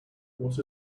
what